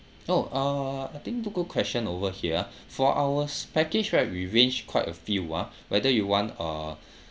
oh uh I think good question over here for ours package right we range quite a few ah whether you want a